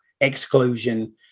exclusion